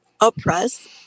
oppress